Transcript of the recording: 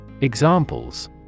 Examples